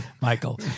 Michael